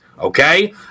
okay